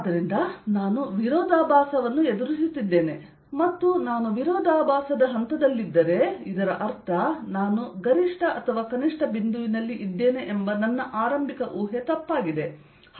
ಆದ್ದರಿಂದ ನಾನು ವಿರೋಧಾಭಾಸವನ್ನು ಎದುರಿಸುತ್ತಿದ್ದೇನೆ ಮತ್ತು ನಾನು ವಿರೋಧಾಭಾಸದ ಹಂತದಲ್ಲಿದ್ದರೆ ಇದರರ್ಥ ನಾನು ಗರಿಷ್ಠ ಅಥವಾ ಕನಿಷ್ಠ ಬಿಂದುವಿನಲ್ಲಿ ಇದ್ದೇನೆ ಎಂಬ ನನ್ನ ಆರಂಭಿಕ ಊಹೆ ತಪ್ಪಾಗಿದೆ